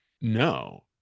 No